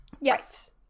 yes